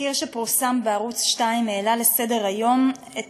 התחקיר שפורסם בערוץ 2 העלה לסדר-היום את